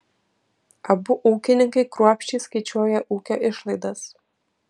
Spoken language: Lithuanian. abu ūkininkai kruopščiai skaičiuoja ūkio išlaidas